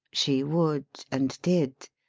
she would, and did.